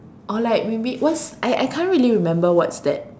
or like maybe what's I I can't really remember what's that